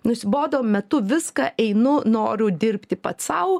nusibodo metu viską einu noriu dirbti pats sau